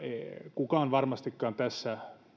kukaan varmastikaan tässä